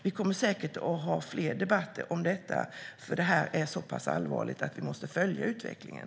Vi kommer säkert att ha fler debatter om det här, för det är så pass allvarligt att vi måste följa utvecklingen.